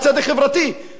מה הממשלה עושה?